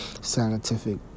scientific